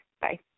Bye